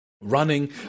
running